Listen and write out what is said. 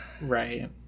Right